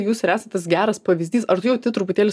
jūs ir esat tas geras pavyzdys ar tu jauti truputėlį